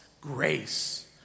grace